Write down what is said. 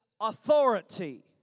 authority